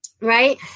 Right